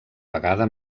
vegada